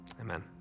Amen